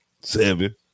Seven